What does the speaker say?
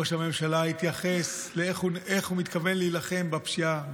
ראש הממשלה יתייחס לאיך הוא מתכוון להילחם בפשיעה.